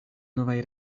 novaj